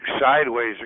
sideways